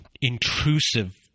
intrusive